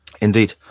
Indeed